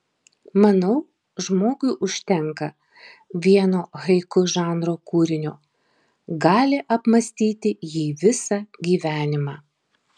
manau žmogui užtenka vieno haiku žanro kūrinio gali apmąstyti jį visą gyvenimą